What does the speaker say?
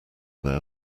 there